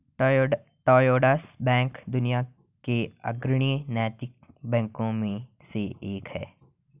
Triodos bank दुनिया के अग्रणी नैतिक बैंकों में से एक है